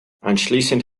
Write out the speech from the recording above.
anschließend